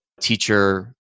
teacher